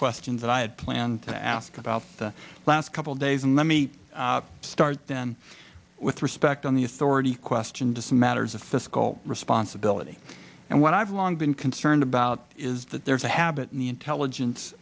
questions that i had planned to ask about the last couple of days and let me start then with respect on the authority question to some matters of fiscal responsibility and what i've long been concerned about is that there's a habit in the intelligence